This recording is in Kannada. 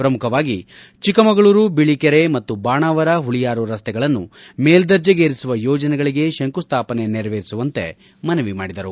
ಪ್ರಮುಖವಾಗಿ ಚಿಕ್ಕಮಗಳೂರು ಬಿಳಿಕೆರೆ ಮತ್ತು ಬಾಣಾವರ ಹುಳಿಯಾರು ರಸ್ತೆಗಳನ್ನು ಮೇಲ್ಲರ್ಜೆಗೇರಿಸುವ ಯೋಜನೆಗಳಿಗೆ ಶಂಕುಸ್ವಾಪನೆ ನೆರವೇರಿಸುವಂತೆ ಮನವಿ ಮಾಡಿದರು